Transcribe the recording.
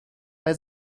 bei